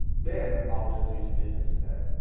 then i would just use this instead.